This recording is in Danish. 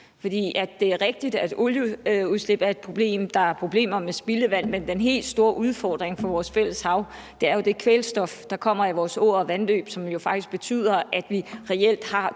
For det er rigtigt, at olieudslip er et problem og der er problemer med spildevand, men den helt store udfordring for vores fælles hav er jo det kvælstof, der kommer i vores åer og vandløb, og som faktisk betyder, at vi reelt har døde